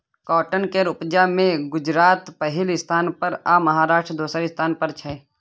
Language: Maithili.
काँटन केर उपजा मे गुजरात पहिल स्थान पर आ महाराष्ट्र दोसर स्थान पर छै